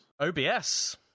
OBS